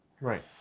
Right